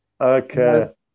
Okay